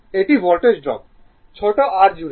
এটি voltage drop ছোট r জুড়ে